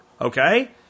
okay